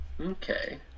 Okay